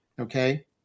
Okay